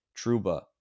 Truba